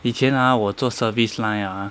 以前 ah 我做 service line ah